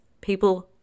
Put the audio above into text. people